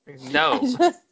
No